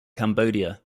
cambodia